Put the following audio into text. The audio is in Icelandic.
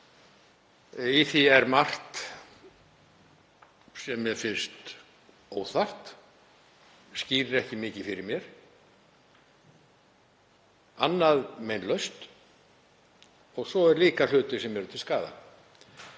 Í því er margt sem mér finnst óþarft og skýrir ekki mikið fyrir mér, annað er meinlaust og svo eru líka hlutir sem eru til skaða.